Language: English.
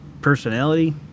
personality